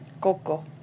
Coco